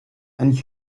and